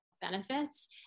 benefits